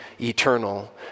eternal